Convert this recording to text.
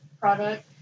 product